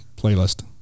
playlist